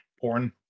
Porn